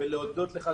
ולהודות לך,